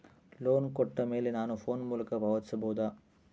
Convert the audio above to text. Loan ಕೊಟ್ಟ ಮೇಲೆ ನಾನು ಫೋನ್ ಮೂಲಕ ಪಾವತಿಸಬಹುದಾ?